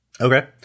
Okay